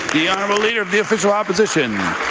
the honourable leader of the official opposition.